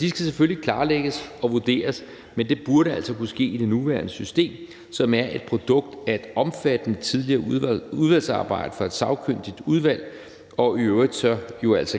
de skal selvfølgelig klarlægges og vurderes, men det burde altså kunne ske i det nuværende system, som er et produkt af et omfattende tidligere udvalgsarbejde fra et sagkyndigt udvalg og i øvrigt